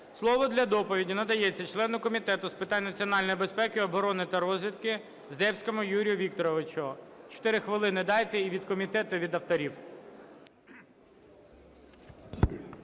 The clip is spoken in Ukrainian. Слово для доповіді надається члену Комітету з питань національної безпеки, оборони та розвідки Здебському Юрію Вікторовичу. Чотири хвилини дайте і від комітету, і від авторів.